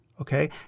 Okay